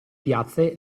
piazze